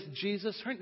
Jesus